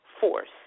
force